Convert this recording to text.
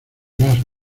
más